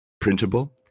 printable